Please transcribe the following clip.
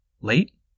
Late